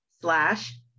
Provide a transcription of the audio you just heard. slash